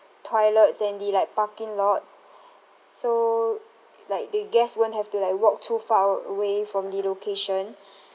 toilets and the like parking lots so like the guests won't have to like walk too far a~ away from the location